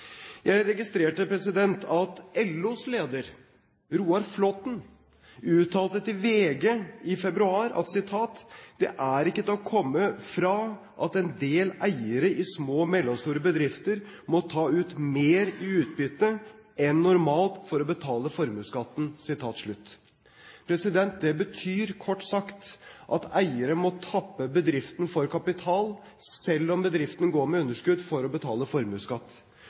Jeg registrerte at LOs leder, Roar Flåthen, uttalte til VG i februar: «Det er ikke til å komme fra at en del eiere i små og mellomstore bedrifter må ta ut mer i utbytte enn normalt for å betale formuesskatten.» Det betyr kort sagt at eiere må tappe bedriften for kapital, selv om bedriften går med underskudd, for å betale formuesskatt.